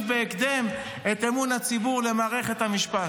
בהקדם את אמון הציבור במערכת המשפט.